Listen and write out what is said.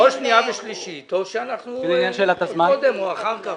או שנייה ושלישית או שאנחנו קודם או אחר כך.